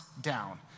down